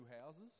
houses